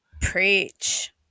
Preach